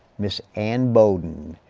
ms. anne bowden,